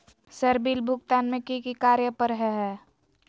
Sir bill भुगतान में की की कार्य पर हहै?